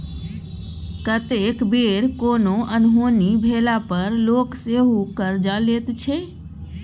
कतेक बेर कोनो अनहोनी भेला पर लोक सेहो करजा लैत छै